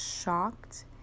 shocked